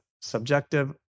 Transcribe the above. subjective